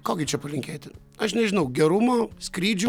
ko gi čia palinkėti aš nežinau gerumo skrydžių